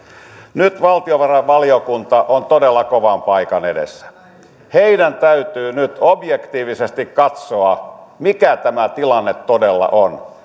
nyt valtiovarainvaliokunta on todella kovan paikan edessä heidän täytyy nyt objektiivisesti katsoa mikä tämä tilanne todella on